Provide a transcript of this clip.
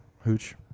Hooch